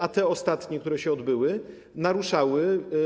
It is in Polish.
A te ostatnie wybory, które się odbyły, naruszały.